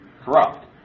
corrupt